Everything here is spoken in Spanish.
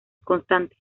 constante